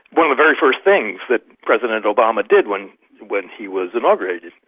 one of the very first things that president obama did when when he was inaugurated,